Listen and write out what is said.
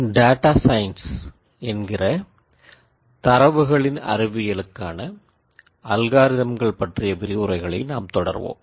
data science என்கிற "தரவுகளின் அறிவியலு"க்கான அல்காரிதம்கள் பற்றிய விரிவுரைகளை நாம் தொடர்வோம்